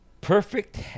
perfect